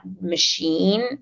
machine